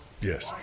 Yes